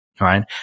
right